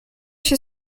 się